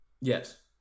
Yes